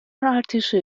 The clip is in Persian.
ارتش